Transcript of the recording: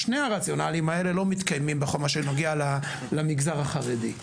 שני הרציונלים האלה לא מתקיימים בכל מה שנוגע למגזר החרדי.